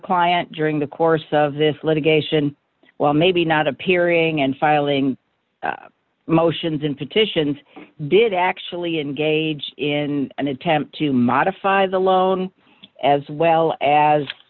client during the course of this litigation well maybe not appearing and filing motions and petitions did actually engage in an attempt to modify the loan as well as